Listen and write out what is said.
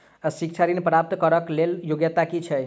शिक्षा ऋण प्राप्त करऽ कऽ लेल योग्यता की छई?